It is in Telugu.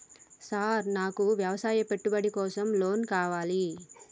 సార్ నాకు వ్యవసాయ పెట్టుబడి కోసం లోన్ కావాలి?